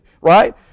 right